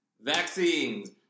vaccines